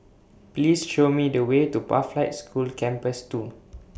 Please Show Me The Way to Pathlight School Campus two